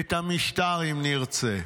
את המשטר אם נרצה".